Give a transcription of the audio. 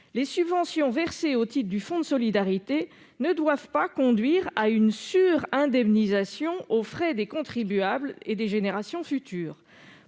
les subventions versées au titre du fonds de solidarité ne doivent pas conduire à une sur-indemnisation aux frais des contribuables et des générations futures.